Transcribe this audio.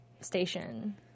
station